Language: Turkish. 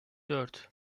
dört